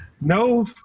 no